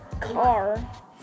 car